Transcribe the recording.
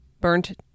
burnt